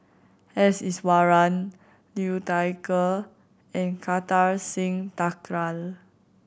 S Iswaran Liu Thai Ker and Kartar Singh Thakral